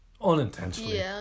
Unintentionally